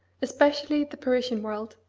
especially the parisian world,